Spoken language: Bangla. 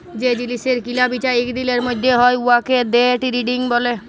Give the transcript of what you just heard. যে জিলিসের কিলা বিচা ইক দিলের ম্যধে হ্যয় উয়াকে দে টেরেডিং ব্যলে